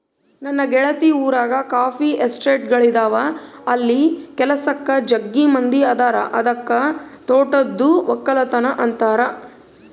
ನನ್ನ ಗೆಳತಿ ಊರಗ ಕಾಫಿ ಎಸ್ಟೇಟ್ಗಳಿದವ ಅಲ್ಲಿ ಕೆಲಸಕ್ಕ ಜಗ್ಗಿ ಮಂದಿ ಅದರ ಅದಕ್ಕ ತೋಟದ್ದು ವಕ್ಕಲತನ ಅಂತಾರ